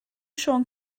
siôn